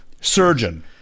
surgeon